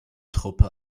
truppe